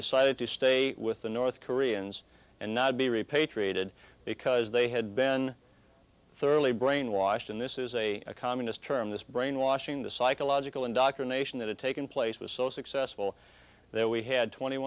decided to stay with the north koreans and not be repatriated because they had been thoroughly brainwashed in this is a communist term this brainwashing the psychological indoctrination that had taken place was so successful that we had twenty